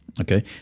okay